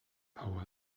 powers